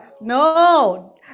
no